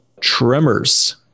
tremors